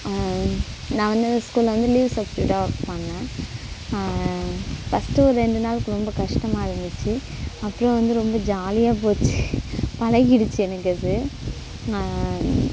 நான் வந்து அந்த ஸ்கூல்ல வந்து லீவு சப்ஸ்டியூட்டாக ஒர்க் பண்ணேன் ஃபர்ஸ்ட் ஒரு ரெண்டு நாள் ரொம்ப கஷ்டமாக இருந்திச்சு அப்புறம் வந்து ரொம்ப ஜாலியாக போச்சு பழகிடுச்சு எனக்கு அது